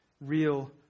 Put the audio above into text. real